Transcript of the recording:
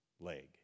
leg